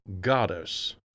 goddess